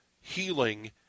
healing